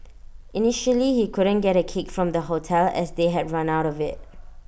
initially he couldn't get A cake from the hotel as they had run out of IT